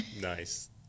Nice